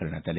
करण्यात आले